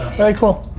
very cool.